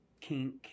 kink